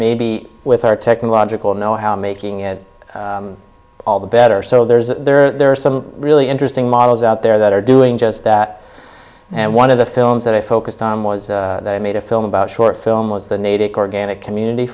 maybe with our technological know how making it all the better sold there are some really interesting models out there that are doing just that and one of the films that i focused on was that i made a film about short film was the natick organic community